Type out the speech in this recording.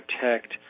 protect